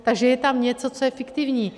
Takže je tam něco, co je fiktivní.